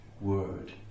word